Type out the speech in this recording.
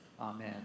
Amen